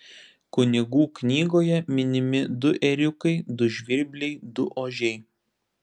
kunigų knygoje minimi du ėriukai du žvirbliai du ožiai